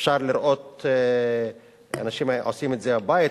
אפשר לראות אנשים עושים את זה בבית,